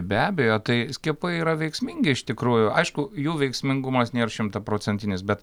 be abejo tai skiepai yra veiksmingi iš tikrųjų aišku jų veiksmingumas nėr šimtaprocentinis bet